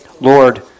Lord